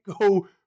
go